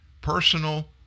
personal